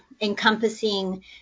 encompassing